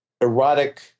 erotic